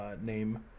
name